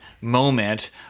moment